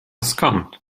skąd